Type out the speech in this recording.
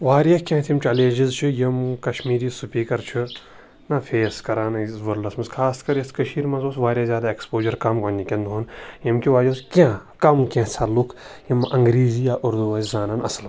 واریاہ کینٛہہ یِم چیلیجِز چھِ یِم کَشمیری سپیٖکر چھُ فیس کَران أزکِس وٲلڈَس مَنٛز خاص کَر یَتھ کٔشیٖرِ مَنٛز اوس واریاہ زیادٕ ایٚکسپوجَر کَم گۄڈنِکہِ دۄہَن ییٚمہِ کہِ وَجہ سۭتۍ کینٛہہ کَم کینٛژھا لُکھ یِم انٛگریزی یا اردوٗ زانان اَصل پٲٹھۍ